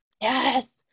Yes